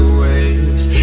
waves